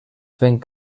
fent